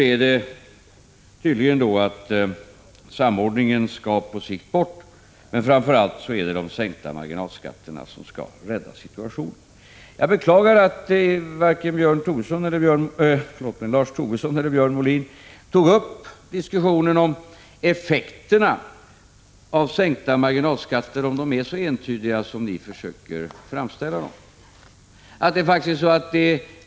Han menar tydligen att samordningen på sikt skall bort. Men framför allt är det sänkta marginalskatter som skall vara räddningen. Jag beklagar att varken Lars Tobisson eller Björn Molin diskuterade effekterna av sänkta marginal skatter. Är de så entydiga som ni försöker göra gällande?